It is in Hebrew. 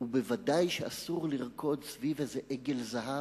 ובוודאי שאסור לרקוד סביב איזה עגל זהב,